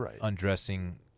undressing